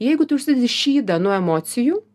jeigu tu užsidedi šydą nuo emocijų